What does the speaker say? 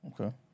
Okay